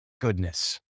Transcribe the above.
goodness